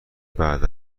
بعد